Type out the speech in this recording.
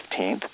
15th